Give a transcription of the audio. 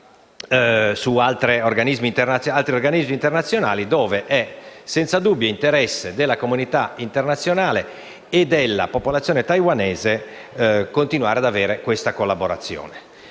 ad altri organismi internazionali, dove è senza dubbio interesse della comunità internazionale e della popolazione taiwanese continuare ad avere questa collaborazione.